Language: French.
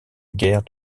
guerre